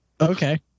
Okay